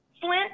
Flint